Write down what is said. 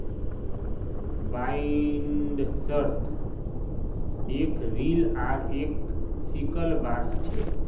बाइंडर्सत एक रील आर एक सिकल बार ह छे